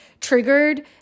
triggered